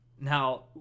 Now